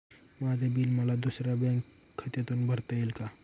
माझे बिल मला दुसऱ्यांच्या बँक खात्यातून भरता येईल का?